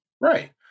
Right